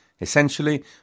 essentially